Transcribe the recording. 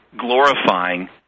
glorifying